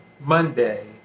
Monday